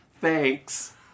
thanks